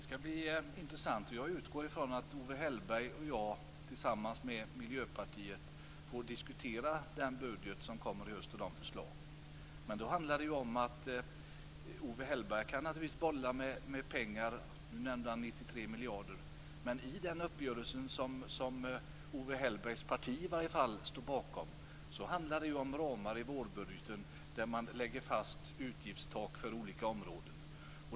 Fru talman! Det skall bli intressant. Jag utgår ifrån att Owe Hellberg och jag tillsammans med Miljöpartiet får diskutera den budget och de förslag som kommer i höst. Owe Hellberg kan naturligtvis bolla med pengar. Nu nämnde han 93 miljarder. Men i den uppgörelse som Owe Hellbergs parti står bakom handlar det om ramar i vårbudgeten där man lägger fast utgiftstak för olika områden.